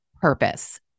Purpose